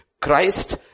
Christ